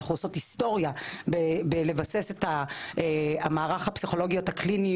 אנחנו עושות היסטוריה בלבסס את המערך הפסיכולוגיות הקליניות,